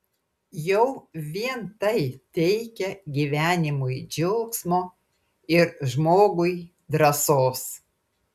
jau vien tai teikia gyvenimui džiaugsmo ir žmogui drąsos